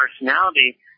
personality